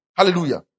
Hallelujah